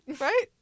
Right